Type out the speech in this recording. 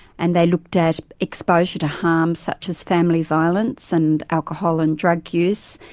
and they looked at exposure to harms such as family violence and alcohol and drug use,